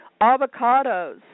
Avocados